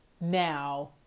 now